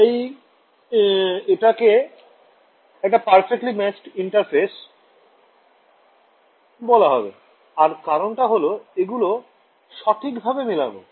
তাই এটাকে একটা perfectly matched interface বলা হবে আর কারণটা হল এগুলো সঠিক ভাবে মেলানো